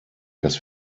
dass